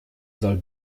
soll